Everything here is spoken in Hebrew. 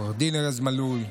עו"ד ארז מלול,